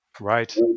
right